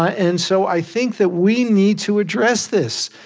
i and so i think that we need to address this.